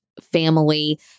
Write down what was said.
family